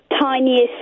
Tiniest